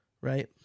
right